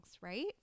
right